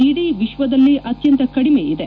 ಇಡೀ ವಿಶ್ವದಲ್ಲೇ ಅತ್ಯಂತ ಕಡಿಮೆ ಇದೆ